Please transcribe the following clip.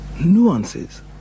nuances